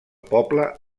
poble